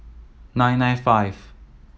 nine nine five